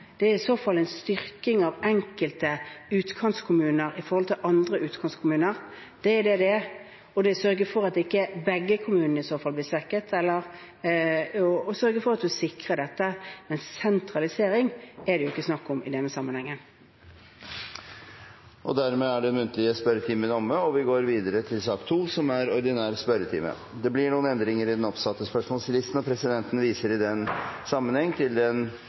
Det er i så fall en styrking av enkelte utkantkommuner i forhold til andre utkantkommuner, det er det det er. Og det sørger for at ikke begge kommunene i så fall blir svekket, og at man sikrer dette. Men sentralisering er det ikke snakk om i denne sammenheng. Dermed er den muntlige spørretimen omme. Det blir noen endringer i den oppsatte spørsmålslisten, og presidenten viser i den sammenheng til den